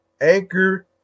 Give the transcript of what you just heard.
Anchor